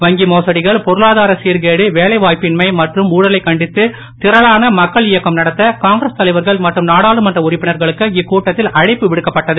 வங்கி மோசடிகள் பொருளாதார சிர்கேடு வேலைவாய்ப்பின்மை மற்றும் ஊழலைக் கண்டித்து திரளான மக்கள் இயக்கம் நடத்த காங்கிரஸ் தலைவர்கள் மற்றும் நாடாளுமன்ற உறுப்பினர்களுக்கு இக்கூட்டத்தில் அழைப்பு விடுக்கப்பட்டது